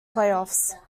playoffs